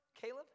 Caleb